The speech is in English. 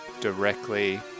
directly